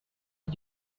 did